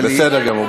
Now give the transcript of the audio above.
בסדר גמור.